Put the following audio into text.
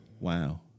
Wow